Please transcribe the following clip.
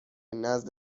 نزد